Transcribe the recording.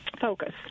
Focus